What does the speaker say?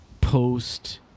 post –